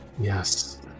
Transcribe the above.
Yes